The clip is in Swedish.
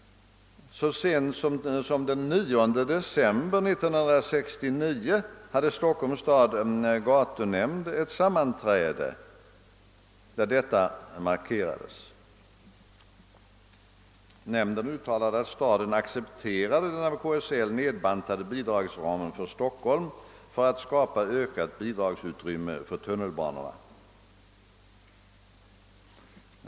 Så sent som den 9 december 1969 hade Stockholms stads gatunämnd ett sammanträde där detta markerades. Nämnden uttalade att staden accepterade den av KSL nedprutade bidragsramen för Stockholm för att skapa ökat bidragsutrymme för tunnelbanorna.